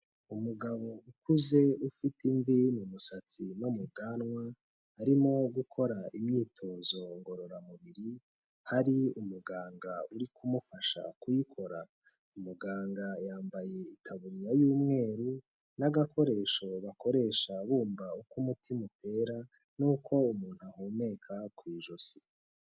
Umugabo ukuze ufite imvi mu musatsi no mu bwanwa arimo gukora imyitozo ngororamubiri, hari umuganga uri kumufasha kuyikora. Umuganga yambaye itaburiya y'umweru n'agakoresho bakoresha bumva uko umutima utera n'uko umuntu ahumeka ku ijosi.